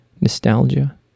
nostalgia